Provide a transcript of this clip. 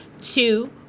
Two